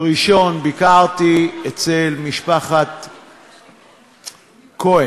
ראשון ביקרתי אצל משפחת כהן,